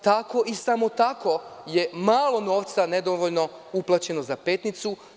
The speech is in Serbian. Tako i samo tako je malo novca, nedovoljno uplaćeno za Petnicu.